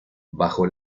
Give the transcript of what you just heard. bajo